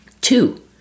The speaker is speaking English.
Two